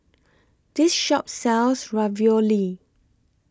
This Shop sells Ravioli